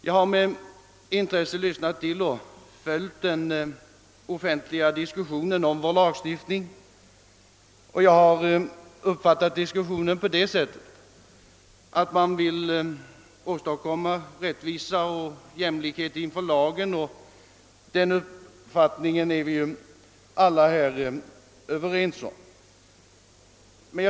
Jag har med intresse följt den offentliga diskussionen om vår lagstiftning, och jag har uppfattat diskussionen på det sättet att man vill åstadkomma rättvisa och likhet inför lagen. Om den målsättningen är vi ju alla ense.